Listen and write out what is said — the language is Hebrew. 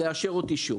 לאשר אותי שוב,